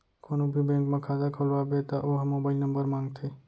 कोनो भी बेंक म खाता खोलवाबे त ओ ह मोबाईल नंबर मांगथे